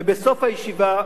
ובסוף הישיבה,